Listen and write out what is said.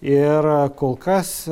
ir kol kas